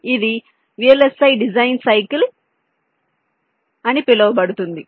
కాబట్టి ఇది VLSI design cycle అని పిలువబడుతుంది